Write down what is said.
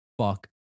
fuck